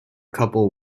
couple